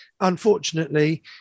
Unfortunately